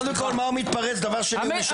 קודם כל מה הוא מתפרץ דבר שני הוא משקר.